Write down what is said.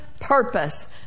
purpose